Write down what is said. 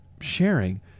sharing